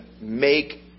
make